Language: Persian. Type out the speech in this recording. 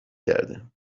کرده